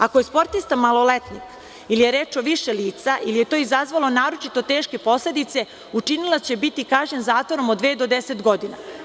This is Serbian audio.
Ako je sportista maloletnik ili je reč o više lica ili je to izazvalo naročito teške posledice, učinilac će biti kažnjen zatvorom od dve do deset godina.